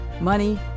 money